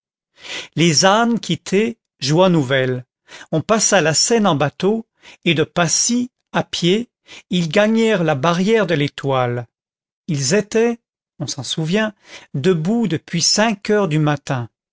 les ânes quittés joie nouvelle on passa la seine en bateau et de passy à pied ils gagnèrent la barrière de l'étoile ils étaient on s'en souvient debout depuis cinq heures du matin